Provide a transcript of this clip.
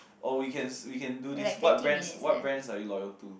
or we can we can do this what brands what brands are you loyal to